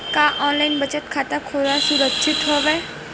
का ऑनलाइन बचत खाता खोला सुरक्षित हवय?